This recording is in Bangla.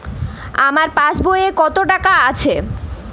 আমার পাসবই এ কত টাকা আছে?